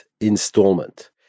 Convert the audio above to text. installment